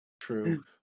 True